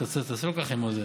תעשה לו ככה עם היד,